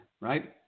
right